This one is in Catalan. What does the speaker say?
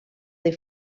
del